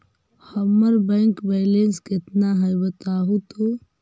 हमर bank balance केतना है बताहु तो?